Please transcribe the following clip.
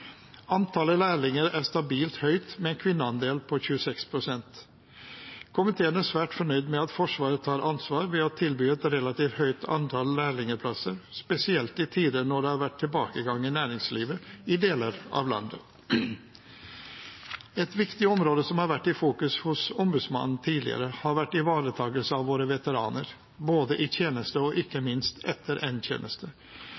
Antallet lærlinger er stabilt høyt, med en kvinneandel på 26 pst. Komiteen er svært fornøyd med at Forsvaret tar ansvar ved å tilby et relativt høyt antall lærlingplasser, spesielt i tider da det har vært tilbakegang i næringslivet i deler av landet. Et viktig område som har vært i fokus hos Ombudsmannen tidligere, har vært ivaretakelse av våre veteraner, både i tjeneste og ikke